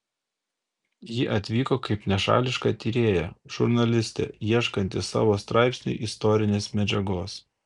ji atvyko kaip nešališka tyrėja žurnalistė ieškanti savo straipsniui istorinės medžiagos